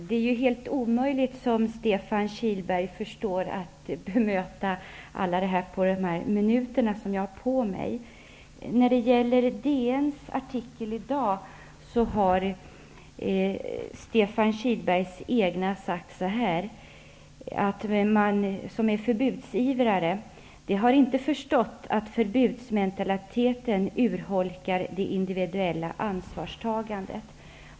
Herr talman! Som Stefan Kihlberg säkert förstår är det helt omöjligt att bemöta allt det som han sade på de få minuter som jag har till förfogande. När det gäller dagens artikel i DN, har Stefan Kihlbergs egna partikamrater sagt så här angående förbudsivrare: De har inte förstått att förbudsmentaliteten urholkar det individuella ansvarstagandet.